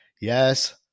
Yes